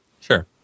Sure